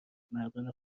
مردان